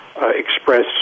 express